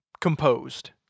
composed